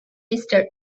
listed